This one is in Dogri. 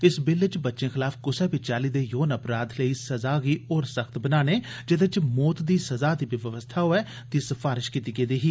इस बिल च बच्चे खलाफ कुसै बी चाली दे यौन अपराध लेई सजा गी होर सख्त बनाने जेदे च मौत दी सजा दी बी व्यवस्था होऐ दी सफारश कीती गेदी ही